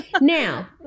Now